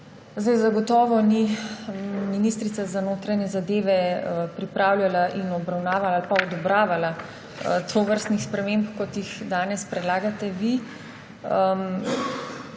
Zagotovo ni ministrica za notranje zadeve pripravljala in obravnavala ali odobravala tovrstnih sprememb, kot jih danes predlagate vi.